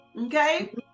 okay